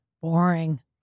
boring